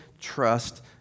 trust